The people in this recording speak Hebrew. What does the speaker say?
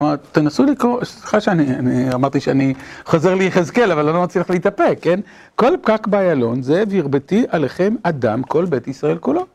כלומר, תנסו לקרוא, סליחה שאני... אמרתי שאני חוזר ליחזקאל, אבל אני לא מצליח להתאפק, כן? כל פקק בעיילון זה והרביתי עליכם אדם כל בית ישראל כולו.